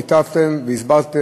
היטבתם להסביר,